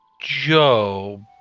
Joe